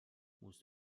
musst